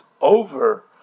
over